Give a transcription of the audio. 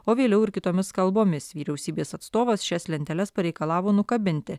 o vėliau ir kitomis kalbomis vyriausybės atstovas šias lenteles pareikalavo nukabinti